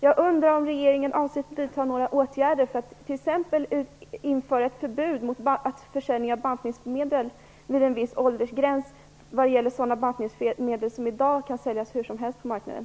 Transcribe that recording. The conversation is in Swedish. Jag undrar om regeringen avser att vidta några åtgärder, t.ex. att införa ett förbud mot att sälja bantningsmedel under en viss åldersgräns vad gäller sådana bantningsmedel som i dag kan säljas hur som helst på marknaden.